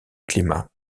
climat